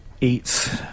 eats